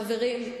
חברים,